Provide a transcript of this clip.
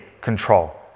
control